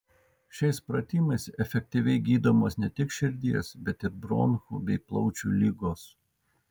šiais pratimais efektyviai gydomos ne tik širdies bet ir bronchų bei plaučių ligos